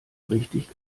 richtig